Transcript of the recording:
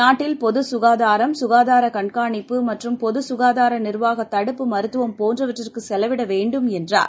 நாட்டில் பொதுசுகாதாரம் சுகாதாரகண்காணிப்பு மற்றம் பொதுசுகாதாரநிர்வாகம் தடுப்பு மருத்துவம் போன்றவற்றிற்குசெலவிடவேண்டும் என்றார்